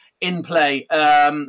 in-play